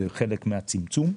זה חלק מהצמצום.